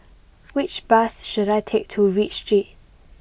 which bus should I take to Read Street